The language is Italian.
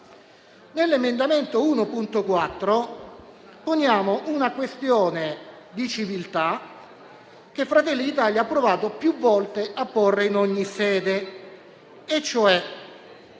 l'emendamento 1.4 poniamo una questione di civiltà, che Fratelli d'Italia ha provato più volte a porre in ogni sede. Come